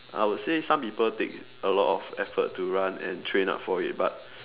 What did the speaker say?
I would say some people take a lot of effort to run and train up for it but